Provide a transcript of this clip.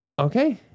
Okay